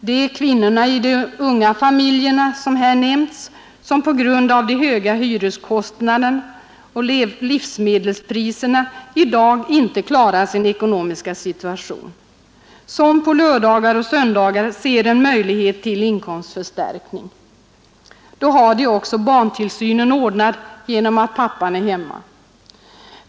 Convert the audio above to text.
Det är kvinnorna i de unga familjerna som på grund av de höga hyreskostnaderna och livsmedelspriserna i dag inte klarar sin ekonomiska situation utan som i arbetet på lördagar och söndagar ser ett tillfälle till inkomstförstärkning. Då har de också barntillsynen ordnad genom att pappan är hemma.